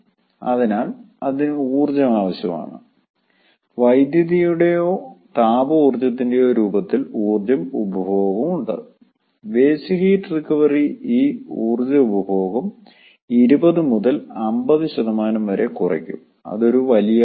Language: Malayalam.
അതിനാൽ അതിന് ഊർജ്ജം ആവശ്യമാണ് വൈദ്യുതിയുടെയോ താപ ഊർജ്ജത്തിന്റെയോ രൂപത്തിൽ ഊർജ്ജ ഉപഭോഗം ഉണ്ട് വേസ്റ്റ് ഹീറ്റ് റിക്കവറി ഈ ഊർജ്ജ ഉപഭോഗം 20 മുതൽ 50 വരെ കുറയ്ക്കുംഅതൊരു വലിയ അളവ് ആണ്